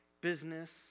business